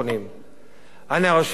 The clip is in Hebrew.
אנחנו יושבים בוועדת הכספים,